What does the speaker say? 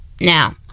Now